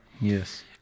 Yes